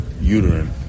uterine